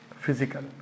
physical